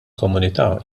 komunità